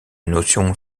notion